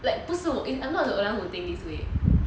like I'm not the only one who thinks this way